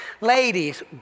Ladies